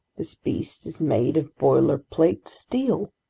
this beast is made of boilerplate steel!